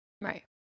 Right